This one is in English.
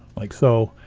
like so,